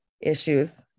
issues